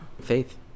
faith